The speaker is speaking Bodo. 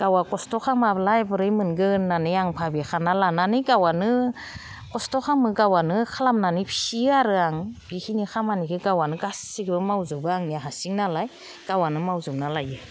गावआ कस्त' खामाबालाय बोरै मोनगोन होननानै आं भाबिखाना लानानै गावआनो कस्त' खालामो गावआनो खामनानै फिसियो आरो आं बेखिनि खामानिखौ गावआनो गासैबो मावजोबो आरो आंनिया हारसिं नालाय गावआनो मावजोबना लायो